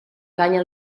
canya